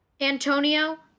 Antonio